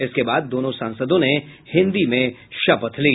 इसके बाद दोनों सांसदों ने हिन्दी में शपथ ली